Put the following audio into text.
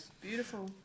Beautiful